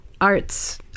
arts